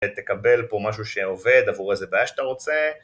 תקבל פה משהו שעובד עבור איזה בעיה שאתה רוצה